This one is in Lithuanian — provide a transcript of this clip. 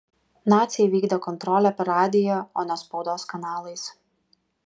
naciai vykdė kontrolę per radiją o ne spaudos kanalais